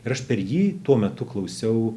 ir aš per jį tuo metu klausiau